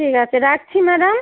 ঠিক আছে রাখছি ম্যাডাম